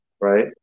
right